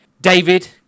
David